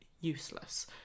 Useless